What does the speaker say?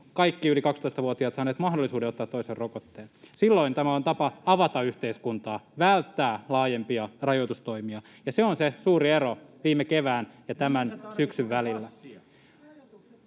kaikki yli 12-vuotiaat saaneet mahdollisuuden ottaa toisen rokotteen. Silloin tämä on tapa avata yhteiskuntaa, välttää laajempia rajoitustoimia, ja se on se suuri ero viime kevään ja tämän syksyn välillä.